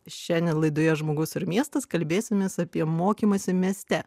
šiandien laidoje žmogus ir miestas kalbėsimės apie mokymąsi mieste